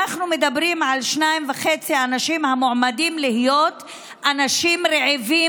אנחנו מדברים על 2.5 מיליון אנשים המועמדים להיות אנשים רעבים